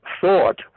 thought